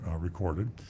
recorded